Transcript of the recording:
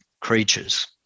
creatures